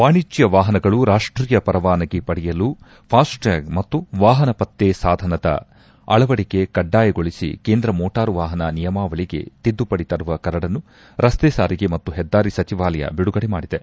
ವಾಣಿಜ್ಞ ವಾಹನಗಳು ರಾಷ್ವೀಯ ಪರವಾನಗಿ ಪಡೆಯಲು ಫಾಸ್ಟ್ಯಾಗ್ ಮತ್ತು ವಾಹನ ಪತ್ತೆ ಸಾಧನದ ಅಳವಡಿಕೆ ಕಡ್ಡಾಯಗೊಳಿಸಿ ಕೇಂದ್ರ ಮೋಟಾರು ವಾಹನ ನಿಯಮಾವಳಿಗೆ ತಿದ್ದುಪಡಿ ತರುವ ಕರಡನ್ನು ರಸ್ತೆ ಸಾರಿಗೆ ಮತ್ತು ಹೆದ್ದಾರಿ ಸಚಿವಾಲಯ ಬಿಡುಗಡೆ ಮಾಡಿದೆ